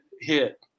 hit